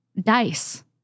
dice